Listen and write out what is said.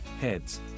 heads